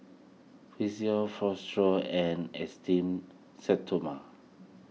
Physiogel Futuro and Esteem Stoma